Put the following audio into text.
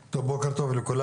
בוקר טוב לכולם.